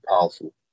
powerful